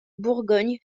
bourgogne